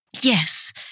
Yes